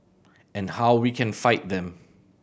and how we can fight them